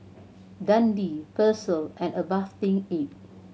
Dundee Persil and A Bathing Ape